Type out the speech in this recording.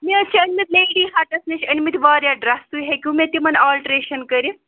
مےٚ حظ چھُ اوٚنمُت لیٚڈی ہَٹس نِش ٲنمِتۍ واریاہ ڈرس تُہۍ ہیٚکِو مےٚ تِمن آلٹریٚشن کٔرِتھ